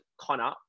Connor